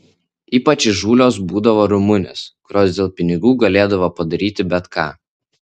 ypač įžūlios būdavo rumunės kurios dėl pinigų galėdavo padaryti bet ką